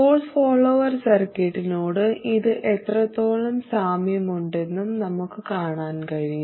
source follower സർക്യൂട്ടിനോട് ഇത് എത്രത്തോളം സാമ്യമുണ്ടെന്നും നമുക്ക് കാണാൻ കഴിയും